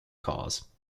cause